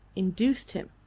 induced him,